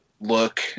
look